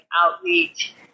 outreach